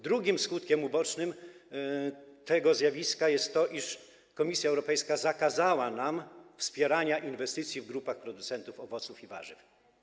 Drugim skutkiem ubocznym tego zjawiska jest to, iż Komisja Europejska zakazała nam wspierania inwestycji w grupach producentów owoców i warzyw.